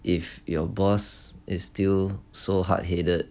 if your boss is still so hard headed